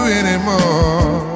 anymore